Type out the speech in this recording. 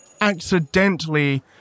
accidentally